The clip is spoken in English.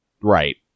right